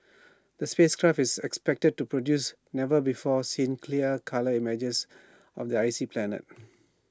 the space craft is expected to produce never before seen clear colour images of the icy planet